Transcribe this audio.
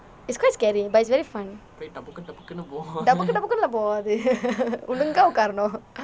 it's quite scary but it's very fun டபக்கு டபக்குன்னு எல்லாம் போகாது ஒழுங்கா உட்காரனும்:dabakku dabakkunnu ellam pokaathu olungaa utkaaranum